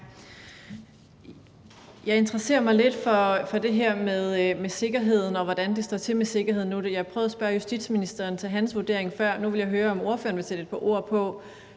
Jeg interesser mig lidt for det her med sikkerheden, og hvordan det står til med sikkerheden. Og jeg prøvede at spørge justitsministeren til hans vurdering før, og nu ville jeg høre, om ordføreren vil sætte et par ord på,